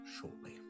shortly